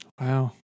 Wow